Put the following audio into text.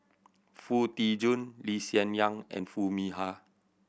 Foo Tee Jun Lee Hsien Yang and Foo Mee Har